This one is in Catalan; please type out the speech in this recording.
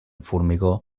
formigó